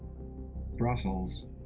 brussels